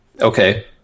Okay